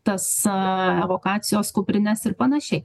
tas aaa evokacijos kuprines ir panašiai